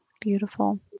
Beautiful